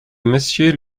monsieur